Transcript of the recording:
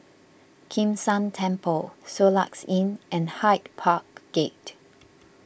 Kim San Temple Soluxe Inn and Hyde Park Gate